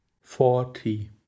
forty